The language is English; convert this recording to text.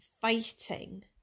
fighting